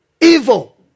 evil